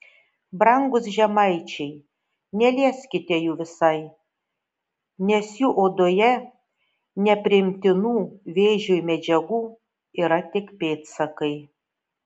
brangūs žemaičiai nelieskite jų visai nes jų odoje nepriimtinų vėžiui medžiagų yra tik pėdsakai